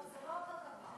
לא, זה לא אותו דבר.